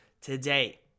today